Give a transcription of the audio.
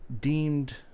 deemed